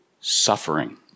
suffering